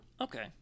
Okay